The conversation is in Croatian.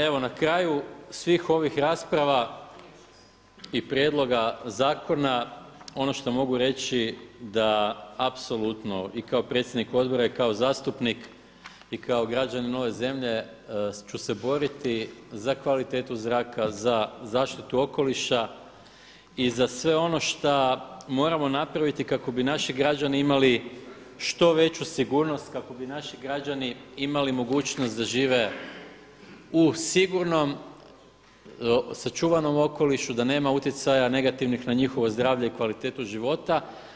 Evo na kraju svih ovih rasprava i prijedloga zakona ono što mogu reći da apsolutno i kao predsjednik odbora i kao zastupnik i kao građanin ove zemlje ću se boriti za kvalitetu zraka, za zaštitu okoliša i za sve ono šta moramo napraviti kako bi naši građani imali što veću sigurnost, kako bi naši građani imali mogućnost da žive u sigurnom sačuvanom okolišu, da nema utjecaja negativnih na njihovo zdravlje i kvalitetu života.